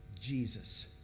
Jesus